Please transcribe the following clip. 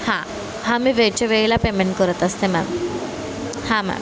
हांं हां मी वेळचे वेळेला पेमेंट करत असते मॅम हां मॅम